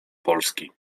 polski